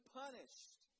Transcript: punished